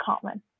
common